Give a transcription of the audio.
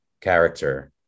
character